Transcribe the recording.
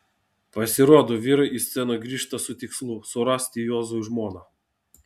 pasirodo vyrai į sceną grįžta su tikslu surasti juozui žmoną